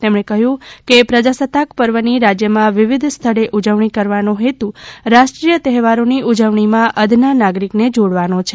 તેમણે કહ્યું કે પ્રજાસત્તાક પર્વની રાજ્યમાં વિવિધ સ્થળે ઉજવણી કરવાનો હેતુ રાષ્ટ્રીય તહેવારોની ઉજવણીમાં અદના નાગરિકને જોડવાનો છે